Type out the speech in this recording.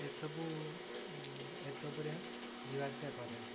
ଏସବୁ ଏସବୁରେ ଯିବା ଆସିବା କରେ